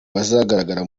bazagaragara